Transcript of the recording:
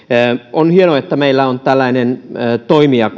on hienoa että meillä on tällainen toimija